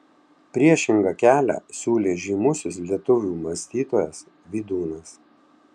priešingą kelią siūlė žymusis lietuvių mąstytojas vydūnas